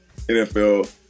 NFL